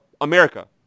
America